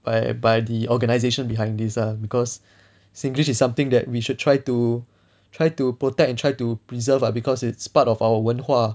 by by the organisation behind this ah because singlish is something that we should try to try to protect and try to preserve lah because it's part of our 文化